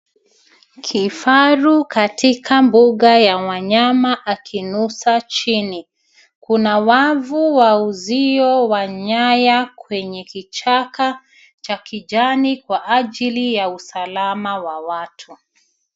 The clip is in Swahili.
Kifaru katika mbuga ya wanyama akinusa chini. Kuna wavu wa uzio wa nyaya kwenye kichaka cha kijani kwa ajili ya usalama wa watu.